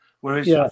Whereas